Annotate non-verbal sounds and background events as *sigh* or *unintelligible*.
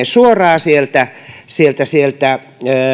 *unintelligible* suoraan sieltä sieltä